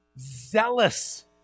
zealous